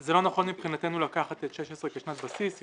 זה לא נכון מבחינתנו לקחת את שנת 2016 כשנת בסיס כי